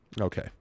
Okay